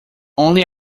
only